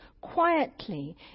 quietly